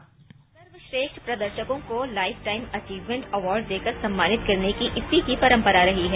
सर्वश्रेष्ठ प्रदर्शकों को लाइफ टाइम अचीवमेंट अवार्ड देकर सम्मानित करने की इफ्फी की परम्परा रही है